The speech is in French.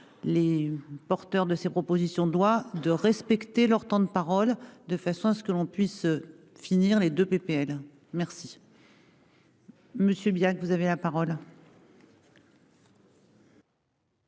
Les porteurs de ces propositions. Loi de respecter leur temps de parole de façon à ce que l'on puisse finir les 2 PPL merci. Monsieur bien que vous avez la parole.